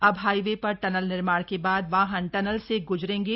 अब हाईवे पर टनल निर्माण के बाद वाहन टनल से ग्जरेंगे